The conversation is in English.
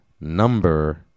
number